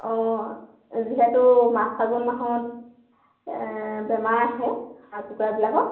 অঁ যিহেতু মাঘ ফাগুন মাহত বেমাৰ আহে হাঁহ কুকুৰাবিলাকৰ